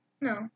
No